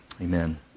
Amen